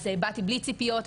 אז באתי בלי ציפיות,